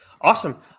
Awesome